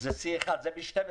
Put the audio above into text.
ברור